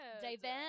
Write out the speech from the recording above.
David